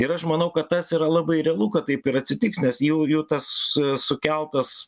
ir aš manau kad tas yra labai realu kad taip ir atsitiks nes jau jų tas sukeltas